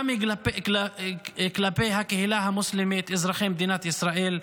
גם כלפי הקהילה המוסלמית, אזרחי מדינת ישראל.